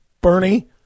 Bernie